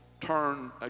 turn